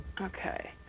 Okay